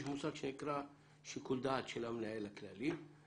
יש מושג שנקרא שיקול דעת של המנהל הכללי.